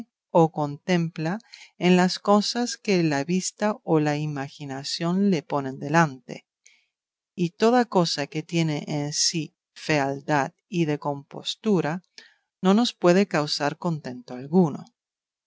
o contempla en las cosas que la vista o la imaginación le ponen delante y toda cosa que tiene en sí fealdad y descompostura no nos puede causar contento alguno